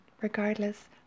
regardless